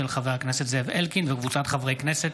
של חבר הכנסת אלקין וקבוצת חברי הכנסת.